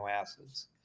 acids